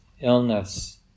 illness